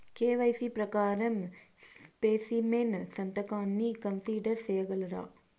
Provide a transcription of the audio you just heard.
KYC ప్రకారం specimen సంతకాన్ని consider సేయగలరా?